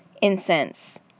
incense